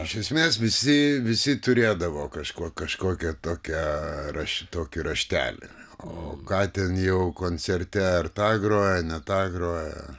iš esmės visi visi turėdavo kažkuo kažkokią tokią rašyti tokį raštelį o ką ten jau koncerte ar tą groja ar ne tą groja